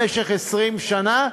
במשך 20 שנה,